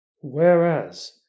Whereas